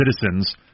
citizens –